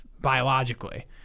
biologically